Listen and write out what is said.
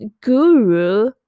guru